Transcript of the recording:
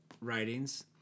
writings